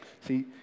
See